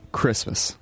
christmas